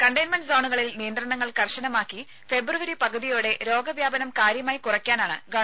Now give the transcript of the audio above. containment സോണുകളിൽ നിയന്ത്രണങ്ങൾ കർക്കശമാക്കി ഫെബ്രുവരി പകുതിയോടെ രോഗവ്യാപനം കാര്യമായി കുറയ്ക്കാനാണ് ഗവ